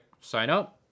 sign-up